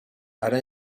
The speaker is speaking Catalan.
ara